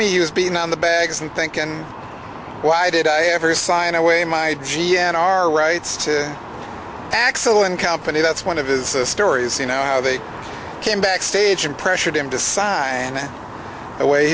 me he was being on the bags and think and why did i ever sign away my g n r rights to axl and company that's one of his stories you know how they came backstage and pressured him to sign away